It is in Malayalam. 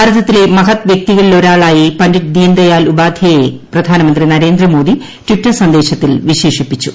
ഭാരതത്തിലെ മഹത് വൃക്തികളിലൊരാളായി പണ്ഡിറ്റ് ദീൻ ദയാൽ ഉപാധ്യയെ പ്രധാനമന്ത്രി നരേന്ദ്രമോദി ട്വിറ്റർ സന്ദേശത്തിൽ വിശേഷിപ്പിച്ചു